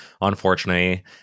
Unfortunately